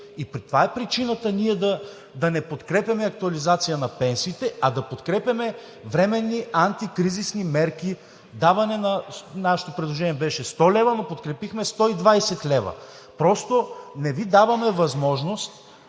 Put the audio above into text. Това е причината да не подкрепяме актуализация на пенсиите, а да подкрепяме временни антикризисни мерки. Нашето предложение беше 100 лв., но подкрепихме 120 лв. Просто не Ви даваме възможност